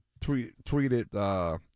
tweeted